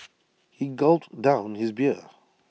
he gulped down his beer